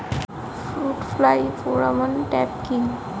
Fruit fly pheromone trap কি?